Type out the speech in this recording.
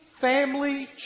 family